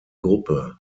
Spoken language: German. gruppe